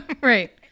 Right